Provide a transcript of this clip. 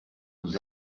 nous